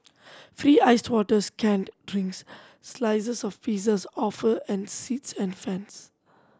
free iced water canned drinks slices of pizzas offer and seats and fans